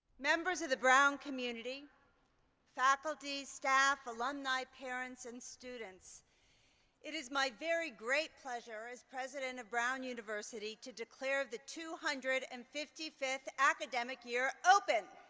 members of the brown community faculty, staff, alumni, parents, and students it is my very great pleasure, as president of brown university, to declare the two hundred and fifty fifth academic year open.